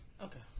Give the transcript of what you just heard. Okay